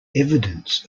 evidence